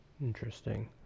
Interesting